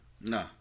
Nah